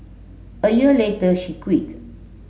a year later she quit